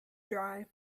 dry